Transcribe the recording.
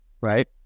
right